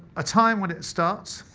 a time when it starts,